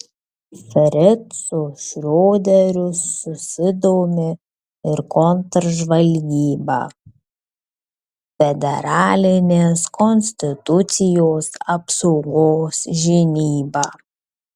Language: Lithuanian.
fricu šrioderiu susidomi ir kontržvalgyba federalinės konstitucijos apsaugos žinyba